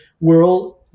world